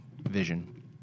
vision